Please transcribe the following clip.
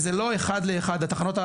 זה לא 1:1 התחנות,